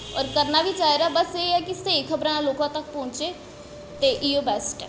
होर करना बी चाहिदा होर बस एह् ऐ कि स्हेई खबरां लोकां तक पहुंचे ते इ'यो बैस्ट ऐ